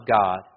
God